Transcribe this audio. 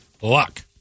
luck